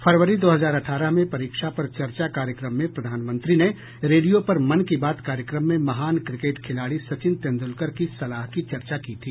फरवरी दो हजार अठारह में परीक्षा पर चर्चा कार्यक्रम में प्रधानमंत्री ने रेडियो पर मन की बात कार्यक्रम में महान् क्रिकेट खिलाड़ी सचिन तेंदुलकर की सलाह की चर्चा की थी